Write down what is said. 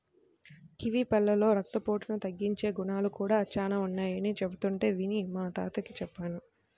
kiwi పళ్ళలో రక్తపోటును తగ్గించే గుణాలు కూడా చానా ఉన్నయ్యని చెబుతుంటే విని మా తాతకి చెప్పాను